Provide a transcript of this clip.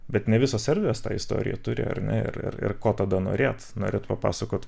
bet ne visos erdvės tą istoriją turi ar ne ir ir ko tada norėt norėt papasakot